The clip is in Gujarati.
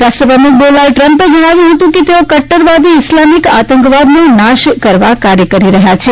રાષ્ટ્રપ્રમુખ ડોનાલ્ડ ટ્રમ્પે જણાવ્યું હતું કે તેઓ કટ્ટરવાદી ઈસ્લામીક આતંકવાદનો નાશ કરવા કાર્ય કરી રહ્યા છે